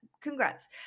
Congrats